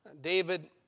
David